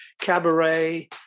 cabaret